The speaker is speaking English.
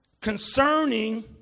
concerning